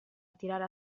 attirare